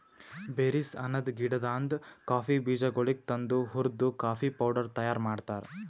berries ಅನದ್ ಗಿಡದಾಂದ್ coffee ಬೀಜಗೊಳಿಗ್ ತಂದು ಹುರ್ದು ಕಾಫಿ ಪೌಡರ್ ತೈಯಾರ್ ಮಾಡ್ತಾರ್